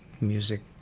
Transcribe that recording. music